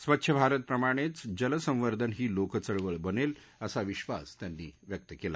स्वच्छ भारत प्रमाणघ्रज़ल संवर्धन ही लोकचळवळ बनलअसा विधास त्यांनी व्यक्त कला